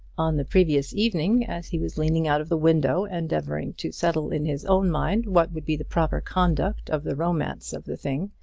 on the previous evening, as he was leaning out of the window endeavouring to settle in his own mind what would be the proper conduct of the romance of the thing,